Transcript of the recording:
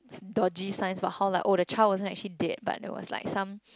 dodgy signs like how oh the child wasn't actually dead but there was like some